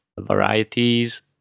varieties